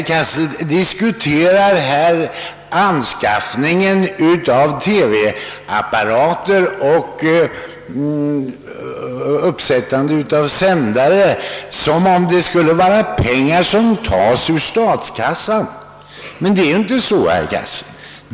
Herr Cassel diskuterar frågan om anskaffningen av TV-apparater och uppsättandet av sändare som om det skulle gälla pengar vilka skall tas ur statskassan. Men så är det ju inte, herr Cassel.